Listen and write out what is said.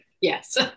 yes